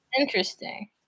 Interesting